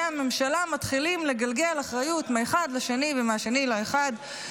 הממשלה מתחילים לגלגל אחריות מאחד לשני ומהשני לאחד,